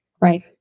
Right